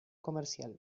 comercial